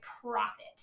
profit